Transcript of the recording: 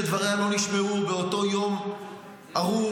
שדבריה לא נשמעו באותו יום ארור,